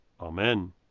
Amen